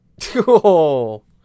Cool